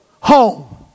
home